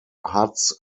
huts